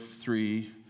three